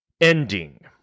ending